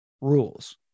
rules